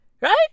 Right